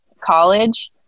college